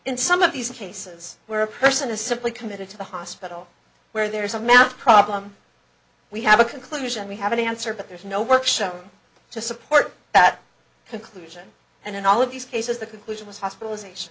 in some of these cases where a person is simply committed to the hospital where there's a math problem we have a conclusion we have an answer but there's no work shown to support that conclusion and in all of these cases the conclusion was hospitalization